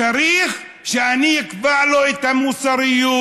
צריך שאני אקבע לו את המוסריות,